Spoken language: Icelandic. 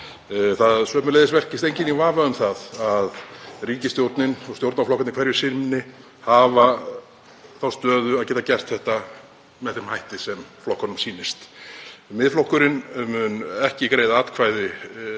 Sömuleiðis velkist enginn í vafa um það að ríkisstjórnin og stjórnarflokkarnir hverju sinni hafa þá stöðu að geta gert þetta með þeim hætti sem flokkunum sýnist. Miðflokkurinn mun ekki greiða atkvæði,